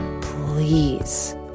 please